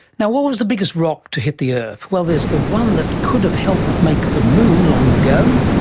now, what was the biggest rock to hit the earth? well, there's the one that could have helped make the moon long ago,